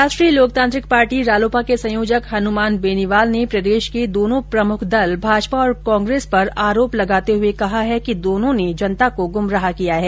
राष्ट्रीय लोकतांत्रिक पार्टी रालोपा के संयोजक हनुमान बेनीवाल ने प्रदेश के दोनों प्रमुख दल भाजपा और कांग्रेस पर आरोप लगाते हुए कहा है कि दोनों ने जनता को गुमराह किया है